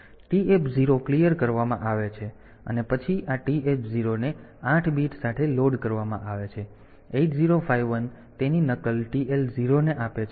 તેથી TF 0 સાફ કરવામાં આવે છે અને પછી આ TH0 ને આઠ બીટ સાથે લોડ કરવામાં આવે છે 8051 તેની નકલ TL0 ને આપે છે કારણ કે તે મોડ 2 છે